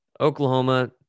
Oklahoma